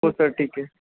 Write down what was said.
हो सर ठीक आहे